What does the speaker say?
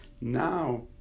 Now